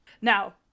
Now